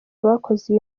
bakoze